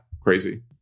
crazy